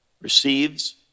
receives